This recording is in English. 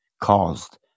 caused